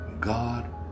God